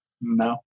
No